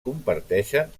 comparteixen